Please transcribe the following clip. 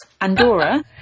Andorra